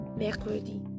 mercredi